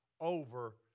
over